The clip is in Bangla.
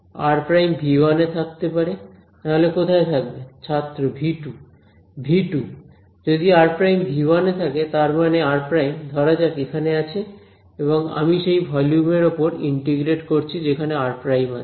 r V 1 এ থাকতে পারে না হলে কোথায় থাকবে ছাত্র V 2 V 2 যদি r V 1 এ থাকে তার মানে r ধরা যাক এখানে আছে এবং আমি সেই ভলিউম এর ওপর ইন্টিগ্রেট করছি যেখানে r আছে